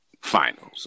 finals